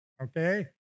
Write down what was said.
okay